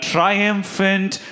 Triumphant